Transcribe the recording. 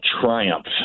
triumph